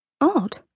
Odd